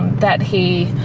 that he